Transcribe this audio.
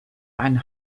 ein